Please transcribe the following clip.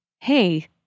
hey